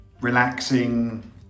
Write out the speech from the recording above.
relaxing